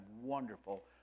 wonderful